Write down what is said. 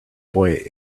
boy